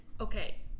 okay